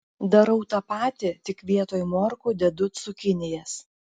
darau tą patį tik vietoj morkų dedu cukinijas